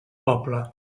poble